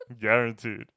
guaranteed